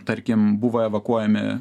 tarkim buvo evakuojami